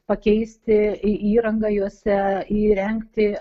pakeisti į įrangą juose įrengti